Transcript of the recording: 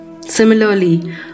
Similarly